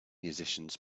musicians